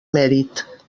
mèrit